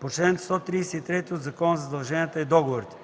по чл. 133 от Закона за задълженията и договорите,